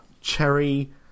cherry